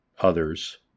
others